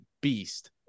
beast